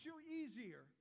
easier